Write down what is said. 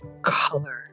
Color